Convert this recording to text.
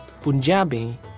Punjabi